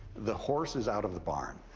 the horse is out of the barn.